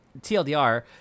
TLDR